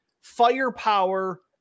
firepower